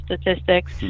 statistics